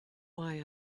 why